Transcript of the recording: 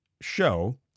show